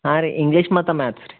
ಹಾಂ ರೀ ಇಂಗ್ಲೀಷ್ ಮತ್ತು ಮ್ಯಾತ್ಸ್ ರೀ